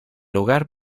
hogar